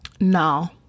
no